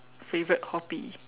favorite hobby